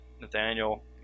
Nathaniel